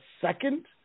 second